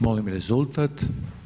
Molim rezultat.